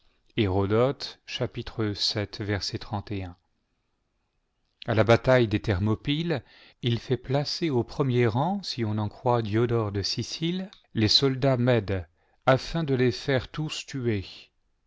a la bataille des thermopyles il fait placer au premier rang si on en croit diodore de sicile les soldats mèdes afln de les faiie tous tuer